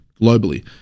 globally